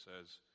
says